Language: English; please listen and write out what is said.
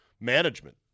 management